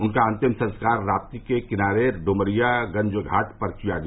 उनका अंतिम संस्कार रापी के किनारे ड्मरियागंज घाट पर किया गया